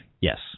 yes